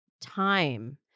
time